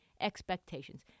expectations